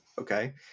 Okay